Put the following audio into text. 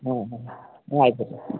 हा हा वाहेगुरु